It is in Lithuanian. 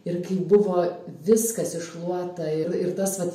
ir kai buvo viskas iššluota ir ir tas vat